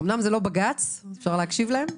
אמנם זה לא בג"ץ, אפשר להקשיב להם?